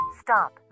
Stop